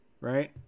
Right